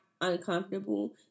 uncomfortable